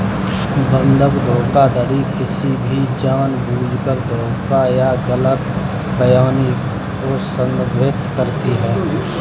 बंधक धोखाधड़ी किसी भी जानबूझकर धोखे या गलत बयानी को संदर्भित करती है